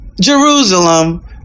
Jerusalem